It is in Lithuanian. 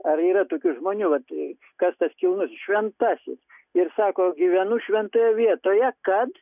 ar yra tokių žmonių vat kas tas kilnusis šventasis ir sako gyvenu šventoje vietoje kad